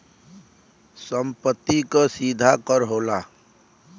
सम्पति कर सीधा कर होला